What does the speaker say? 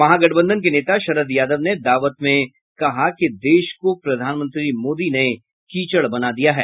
महागठबंधन के नेता शरद यादव ने दावथ में कहा कि देश को प्रधानमंत्री मोदी ने कीचड़ बना दिया है